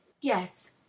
Yes